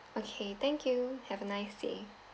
okay thank you have a nice day